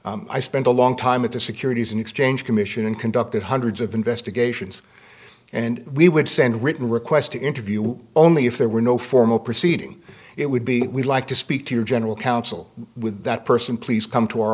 oath i spent a long time at the securities and exchange commission and conducted hundreds of investigations and we would send written request to interview only if there were no formal proceeding it would be we'd like to speak to your general counsel with that person please come to our